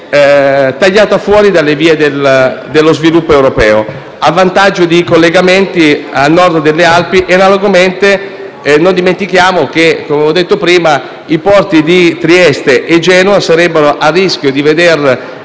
tagliata fuori dalle vie dello sviluppo europeo, a vantaggio di collegamenti a Nord delle Alpi. Analogamente non dimentichiamo che - come ho detto prima - i porti di Trieste e Genova rischierebbero di veder